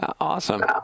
Awesome